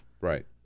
Right